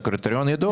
זה קריטריון ידוע.